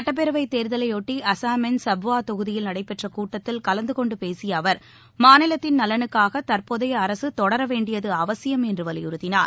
சுட்டப்பேரவை தேர்தலைபொட்டி அசாமின் சுப்வா தொகுதியில் நடைபெற்ற கூட்டத்தில் கலந்து கொண்டு பேசிய அவர் மாநிலத்தின் நலனுக்காக தற்போதைய அரசு தொடர வேண்டியது அவசியம் என்று வலியுறுத்தினார்